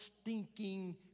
stinking